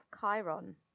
Chiron